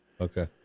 Okay